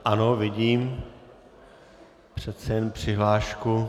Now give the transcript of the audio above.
Ano, vidím, přece jen přihlášku.